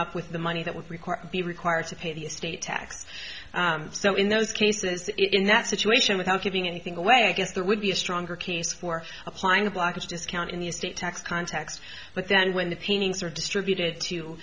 up with the money that would require be required to pay the estate tax so in those cases in that situation without giving anything away i guess there would be a stronger case for applying a blockage discount in the estate tax context but then when the paintings are distributed to